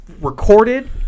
recorded